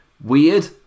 weird